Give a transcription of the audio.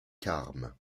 carmes